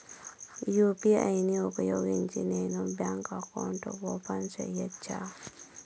UPI ను ఉపయోగించి నేను బ్యాంకు అకౌంట్ ఓపెన్ సేయొచ్చా?